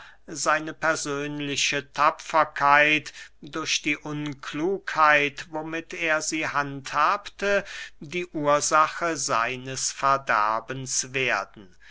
seine persönliche tapferkeit durch die unklugheit womit er sie handhabte die ursache seines verderbens werden